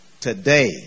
Today